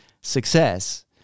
success